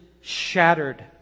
shattered